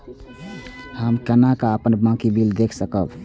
हम केना अपन बाकी बिल के देख सकब?